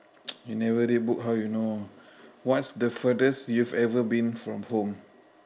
you never read book how you know what's the furthest you've ever been from home